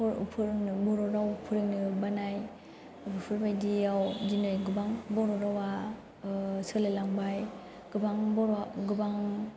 four फोरोंनो बर' राव फोरोंनो बानाय बेफोर बायदियाव दिनै गोबां बर' रावा सोलाय लांबाय गोबां बर' गोबां